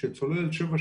כשצוללת שבע,